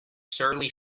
surly